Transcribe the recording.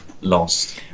lost